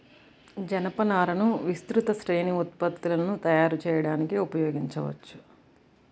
జనపనారను విస్తృత శ్రేణి ఉత్పత్తులను తయారు చేయడానికి ఉపయోగించవచ్చు